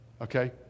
Okay